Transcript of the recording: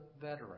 veteran